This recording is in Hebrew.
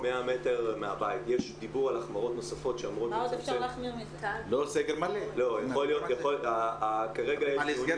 אני צריך את זה כי הגרפים